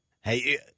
Hey